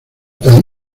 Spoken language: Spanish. tan